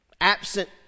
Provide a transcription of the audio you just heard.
Absent